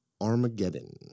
Armageddon